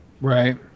Right